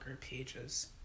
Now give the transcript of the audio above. pages